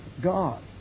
God